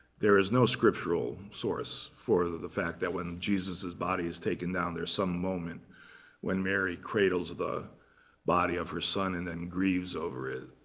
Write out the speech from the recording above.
there is no scriptural source for the the fact that when jesus's body is taken down, there's some moment when mary cradles the body of her son, and then grieves over it.